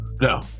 no